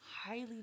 highly